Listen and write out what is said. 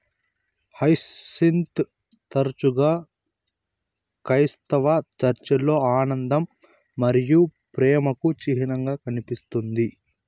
hyacinth తరచుగా క్రైస్తవ చర్చిలలో ఆనందం మరియు ప్రేమకు చిహ్నంగా కనిపిస్తుంది